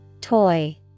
Toy